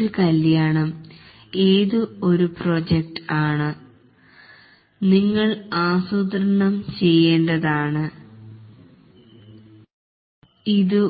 ഒരു കല്യാണം അത് ഒരു പ്രോജക്ട് ആണ് നിങ്ങൾ അസ്രൂത്രണം ചെയ്യേണ്ടാതുണ്ട് ഇതു